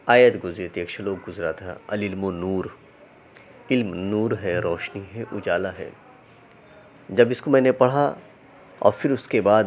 آیت گزری تھی ایک شلوک گزرا تھا العلم نور علم نور ہے روشنی ہے اجالا ہے جب اس کو میں نے پڑھا اور پھر اس کے بعد